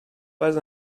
pas